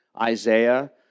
Isaiah